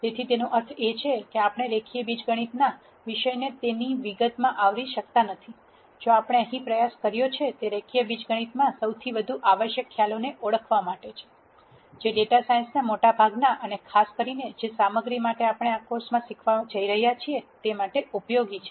તેથી તેનો અર્થ એ છે કે આપણે રેખીય બીજગણિતના વિષયને તેની વિગતમાં આવરી શકતા નથી જો કે આપણે અહીં પ્રયાસ કર્યો તે રેખીય બીજગણિતમાંથી સૌથી વધુ આવશ્યક ખ્યાલોને ઓળખવા માટે છે જે ડેટા સાયન્સના મોટા ભાગમાં અને ખાસ કરીને જે સામગ્રી માટે આપણે આ કોર્સમાં શીખવવા જઈ રહ્યા છીએ તે માટે ઉપયોગી છે